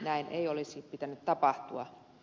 näin ei olisi pitänyt tapahtua